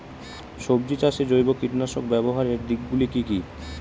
সবজি চাষে জৈব কীটনাশক ব্যাবহারের দিক গুলি কি কী?